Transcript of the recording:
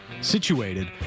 situated